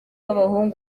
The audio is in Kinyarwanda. b’abahungu